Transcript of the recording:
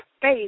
face